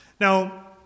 Now